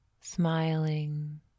smiling